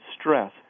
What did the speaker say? stress